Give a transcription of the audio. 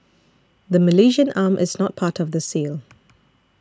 the Malaysian arm is not part of the sale